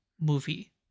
movie